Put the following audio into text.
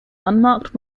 unmarked